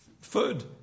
food